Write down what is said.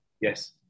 Yes